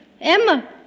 Emma